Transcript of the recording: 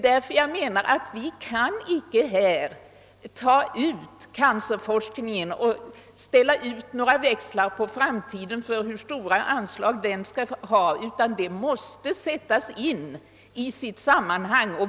Därför anser jag att vi inte kan skilja ut cancerforskningen och ställa ut några växlar på framtiden för hur stora anslag den skall ha, utan frågan måste sättas in i sitt sammanhang.